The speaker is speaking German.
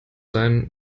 sein